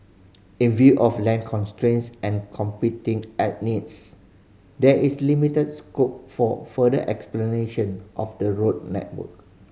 in view of land constraints and competing and needs there is limited scope for further of the road network